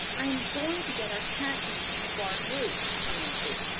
i am going to get our cat down from the barn roof, he answered.